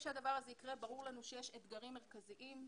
יקרה, ברור לנו שיש אתגרים מרכזיים.